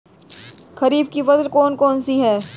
खरीफ की फसलें कौन कौन सी हैं?